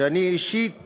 אני אישית